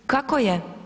Kako je?